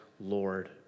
Lord